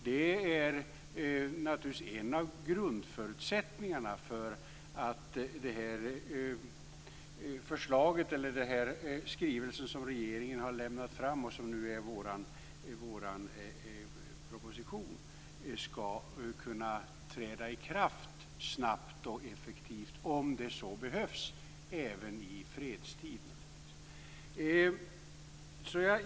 Det är naturligtvis en av grundförutsättningarna för att den skrivelse som regeringen har lämnat och som nu ligger till grund för vårt betänkande skall kunna träda i kraft snabbt och effektivt om så behövs även i fredstid.